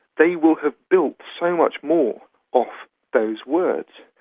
they will have built so much more off those words,